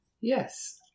Yes